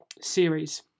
series